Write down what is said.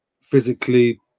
physically